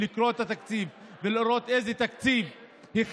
לקרוא את התקציב ולראות איזה תוכנית הכנו,